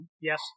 Yes